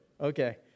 Okay